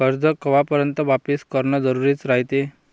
कर्ज कवापर्यंत वापिस करन जरुरी रायते?